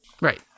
Right